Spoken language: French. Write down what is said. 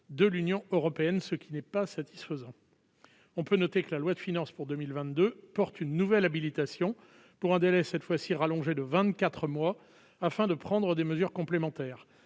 de l'Union européenne, ce qui n'est pas satisfaisant, on peut noter que la loi de finances pour 2022 porte une nouvelle habilitation pour un délai, cette fois-ci rallongé de 24 mois afin de prendre des mesures complémentaires,